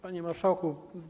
Panie Marszałku!